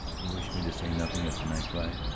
you wish me to say nothing of to-night's ride?